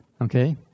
Okay